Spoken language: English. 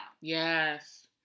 Yes